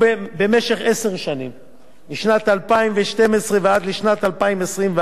משנת 2012 ועד לשנת 2021, אך לא יהיו צמודים,